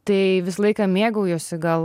tai visą laiką mėgaujuosi gal